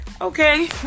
Okay